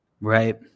Right